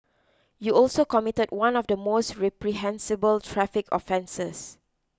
you also committed one of the most reprehensible traffic offences